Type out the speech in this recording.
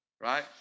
Right